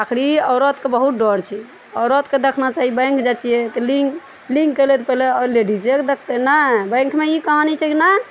आखरी औरतके बहुत डर छै औरतके देखना चाही बैंक जाइ छियै तऽ लिंक लिंक अयलै तऽ पहिले लेडीजे देखतै नहि बैंकमे ई कहानी छै कि नहि